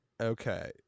Okay